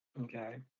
Okay